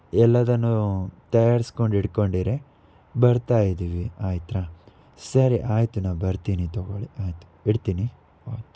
ಎಲ್ಲದನ್ನೂ ತಯಾರ್ಸ್ಕೊಂಡು ಇಟ್ಕೊಂಡಿರಿ ಬರ್ತಾ ಇದ್ದೀವಿ ಆಯ್ತಾ ಸರಿ ಆಯಿತು ನಾನು ಬರ್ತೀನಿ ತೊಗೊಳಿ ಆಯಿತು ಇಡ್ತೀನಿ ಆಯಿತು